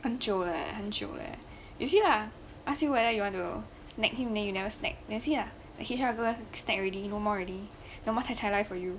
很久了很久 leh you see lah ask you whether you want to snatch him then you never snatch then you see lah 给其他 girl snatch already no more already no more tai tai life for you